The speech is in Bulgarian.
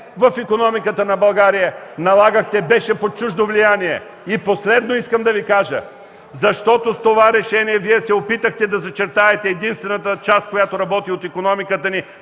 в икономиката на България налагахте, беше под чуждо влияние! И последно искам да Ви кажа – защото с това решение Вие се опитахте да зачертаете единствената част, която работи от икономиката ни